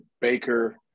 Baker